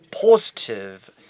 positive